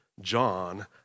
John